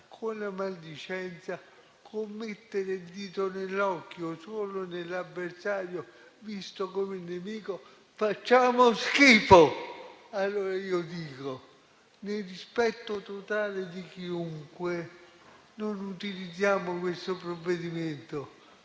con la maldicenza, con il mettere il dito nell'occhio dell'avversario, visto come un nemico, facciamo schifo! Allora io dico, nel rispetto totale di chiunque, non utilizziamo questo provvedimento